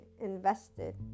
invested